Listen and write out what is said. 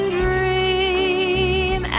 dream